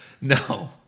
No